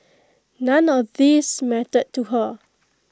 none of these mattered to her